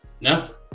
No